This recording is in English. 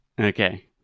Okay